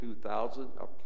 2000